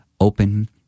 open